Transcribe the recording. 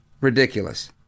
Ridiculous